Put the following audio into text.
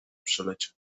przeleciał